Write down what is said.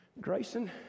Grayson